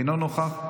אינו נוכח,